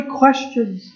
questions